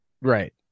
Right